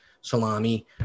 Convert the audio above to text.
salami